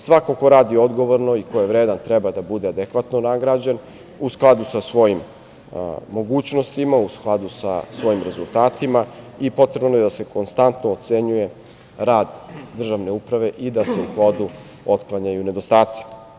Svako ko radi odgovorno i ko je vredan treba da bude adekvatno nagrađen, u skladu sa svojim mogućnostima, u skladu sa svojim rezultatima i potrebno je da se konstantno ocenjuje rad državne uprave i da se u hodu otklanjaju nedostaci.